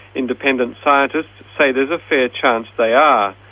independent scientists say there's a fair chance they are.